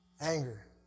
anger